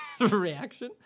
reaction